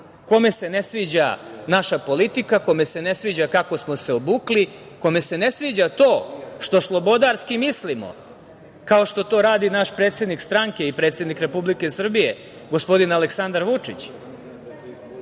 kome se ne sviđa naša politika, kome se ne sviđa kako smo se obukli, kome se ne sviđa to što slobodarski mislimo, kao što to radi naš predsednik stranke i predsednik Republike Srbije, gospodin Aleksandar Vučić. Ako